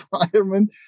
environment